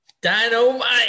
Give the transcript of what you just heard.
Dynamite